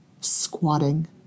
squatting